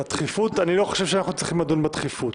הדחיפות אני לא חושב שאנחנו צריכים לדון בדחיפות.